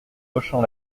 hochant